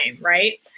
right